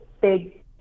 big –